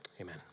Amen